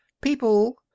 People